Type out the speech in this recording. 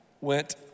went